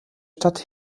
stadt